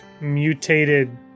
mutated